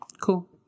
cool